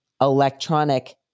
electronic